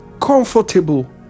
comfortable